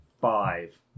five